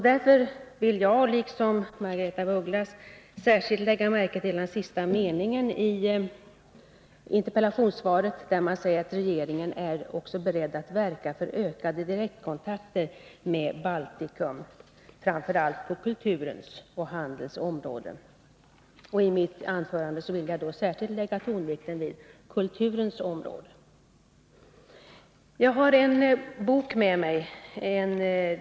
Därför vill jag liksom Margaretha af Ugglas särskilt lägga märke till den sista meningen i interpellationssvaret, där utrikesministern säger att regeringen är beredd att verka för ökade direktkontakter med Baltikum, framför allt på kulturens och handelns område. I mitt anförande vill jag särskilt lägga tonvikten vid kulturen och dess möjligheter. Jag har en bok med mig här.